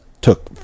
took